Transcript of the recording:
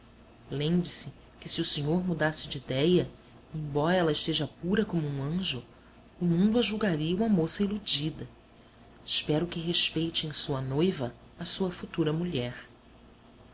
lembre-se que se o senhor mudasse de idéia embora ela esteja pura como um anjo o mundo a julgaria uma moça iludida espero que respeite em sua noiva a sua futura mulher